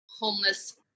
homeless